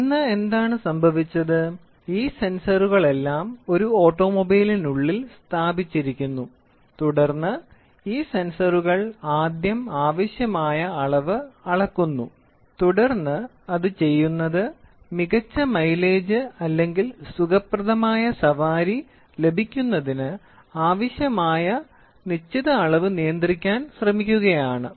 ഇന്ന് എന്താണ് സംഭവിച്ചത് ഈ സെൻസറുകളെല്ലാം ഒരു ഓട്ടോമൊബൈലിനുള്ളിൽ സ്ഥാപിച്ചിരിക്കുന്നു തുടർന്ന് ഈ സെൻസറുകൾ ആദ്യം ആവശ്യമായ അളവ് അളക്കുന്നു തുടർന്ന് അത് ചെയ്യുന്നത് മികച്ച മൈലേജ് അല്ലെങ്കിൽ സുഖപ്രദമായ സവാരി ലഭിക്കുന്നതിന് ആവശ്യമായ നിശ്ചിത അളവ് നിയന്ത്രിക്കാൻ ശ്രമിക്കുകയാണ്